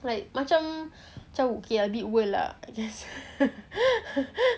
like macam macam okay a bit world ah I guess